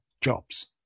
jobs